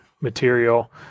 material